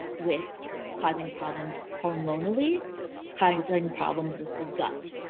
with causing problems hormonally causing problems with the gut.